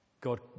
god